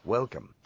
Welcome